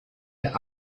der